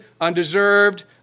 undeserved